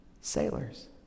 sailors